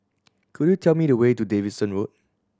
could you tell me the way to Davidson Road